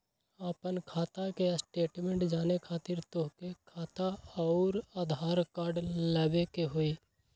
आपन खाता के स्टेटमेंट जाने खातिर तोहके खाता अऊर आधार कार्ड लबे के होइ?